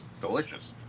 Delicious